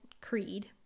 creed